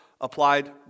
applied